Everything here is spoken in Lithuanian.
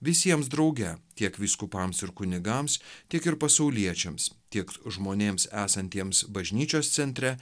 visiems drauge tiek vyskupams ir kunigams tiek ir pasauliečiams tiek žmonėms esantiems bažnyčios centre